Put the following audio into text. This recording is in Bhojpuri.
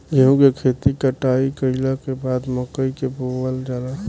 गेहूं के खेती कटाई कइला के बाद मकई के बोअल जाला